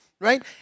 right